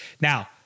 Now